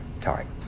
time